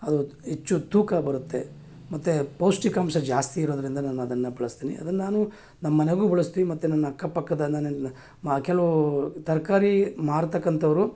ಅದು ಹೆಚ್ಚು ತೂಕ ಬರುತ್ತೆ ಮತ್ತು ಪೌಷ್ಠಿಕಾಂಶ ಜಾಸ್ತಿ ಇರೋದರಿಂದ ನಾನು ಅದನ್ನು ಬಳಸ್ತೀನಿ ಅದನ್ನ ನಾನೂ ನಮ್ಮ ಮನೆಗೂ ಬಳಸ್ತೀವಿ ಮತ್ತು ನನ್ನ ಅಕ್ಕಪಕ್ಕದವನೆಲ್ಲ ಮಾ ಕೆಲವೂ ತರಕಾರಿ ಮಾರತಕ್ಕಂಥವ್ರು